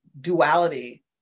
duality